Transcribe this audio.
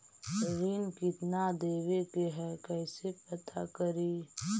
ऋण कितना देवे के है कैसे पता करी?